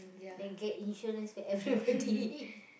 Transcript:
then get insurance for everybody